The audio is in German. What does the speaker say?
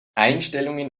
einstellungen